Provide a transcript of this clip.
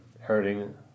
hurting